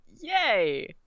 yay